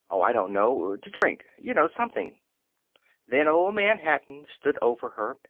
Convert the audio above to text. oh, i don't know. to drink, you know. something then old man hatton stood over her,